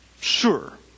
Sure